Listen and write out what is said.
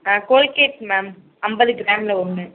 ஆ Colgate ma'am ஐம்பது கிராமில் ஒன்று